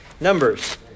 Numbers